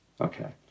okay